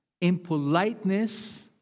impoliteness